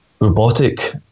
robotic